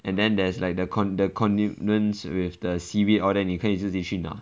and then there's like the con~ the condiments with the seaweed all that 你可以自己去拿